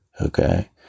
okay